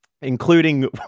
including